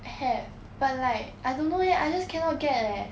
I have but like I don't know leh I just cannot get eh